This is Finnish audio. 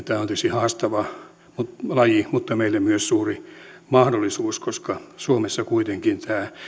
tämä on tietysti haastava laji mutta meille myös suuri mahdollisuus koska suomessa kuitenkin energiatehokkuuden ja ympäristöteknologian mahdollisuudet myös